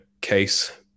case